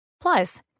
Plus